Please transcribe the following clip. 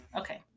okay